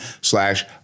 slash